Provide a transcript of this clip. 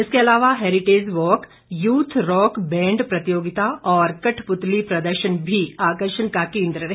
इसके अलावा heritage walk youth rock band प्रतियोगिता और कठपुतली प्रदर्शन भी आकर्षण का केन्द्र रहे